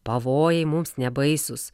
pavojai mums nebaisūs